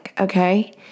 Okay